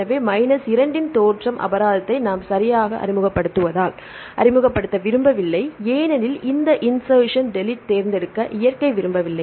எனவே மைனஸ் 2 இன் தோற்றம் அபராதத்தை நாம் சரியாக அறிமுகப்படுத்துவதால் அறிமுகப்படுத்த விரும்பவில்லை ஏனெனில் இந்த இன்ஸெர்சன் டெலிட் தேர்ந்தெடுக்க இயற்கை விரும்பவில்லை